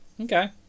Okay